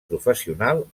professional